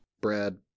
Brad